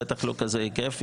בטח לא כזה היקף.